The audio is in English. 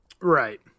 Right